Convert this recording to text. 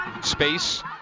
Space